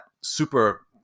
super